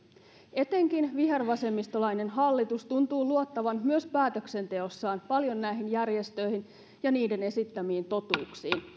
etenkin vihervasemmistolainen hallitus tuntuu luottavan myös päätöksenteossaan paljon näihin järjestöihin ja niiden esittämiin totuuksiin